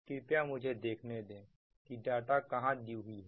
कृपया मुझे देखने दें कि डाटा कहां दी हुई है